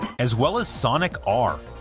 as well as sonic r,